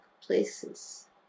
places